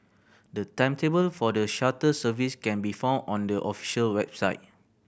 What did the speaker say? the timetable for the shuttle service can be found on the official website